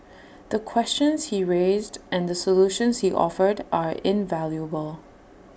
the questions he raised and the solutions he offered are invaluable